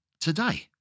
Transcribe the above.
today